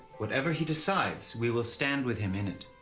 whatever he decides, we will stand with him in it.